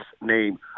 name